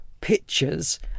pictures